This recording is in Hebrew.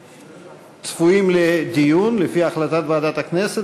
צפויים לדיון, לפי החלטת ועדת הכנסת.